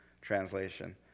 translation